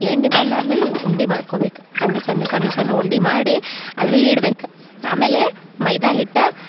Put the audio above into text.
ಎಣ್ಣೆ ಬಂದಾದ್ಮೇಲೆ ಉಂಡೆ ಮಾಡ್ಕೊಬೇಕು ಸಣ್ಣ್ ಸಣ್ಣ್ ಸಣ್ಣ್ ಸಣ್ಣ್ ಉಂಡೆ ಮಾಡಿ ಅದ್ರಗ ಇಡ್ಬೇಕು ಆಮೇಲೆ ಮೈದ ಹಿಟ್ಟು